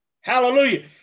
Hallelujah